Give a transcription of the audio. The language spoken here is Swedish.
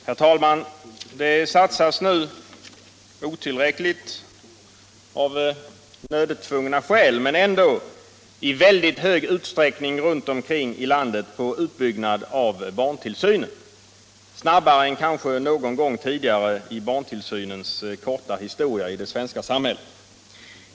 Herr talman! Det satsas nu otillräckligt av nödtvungna skäl men ändå i väldigt hög utsträckning runt omkring i landet på utbyggnad av barntillsynen, en utbyggnad som sker snabbare än kanske någon gång tidigare i barntillsynens korta historia i det svenska samhället.